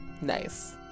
Nice